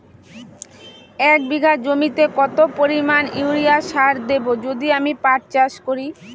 এক বিঘা জমিতে কত পরিমান ইউরিয়া সার দেব যদি আমি পাট চাষ করি?